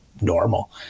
normal